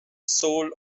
soul